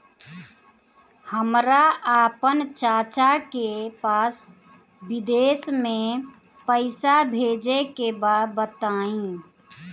हमरा आपन चाचा के पास विदेश में पइसा भेजे के बा बताई